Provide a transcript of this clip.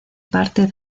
parte